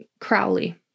Crowley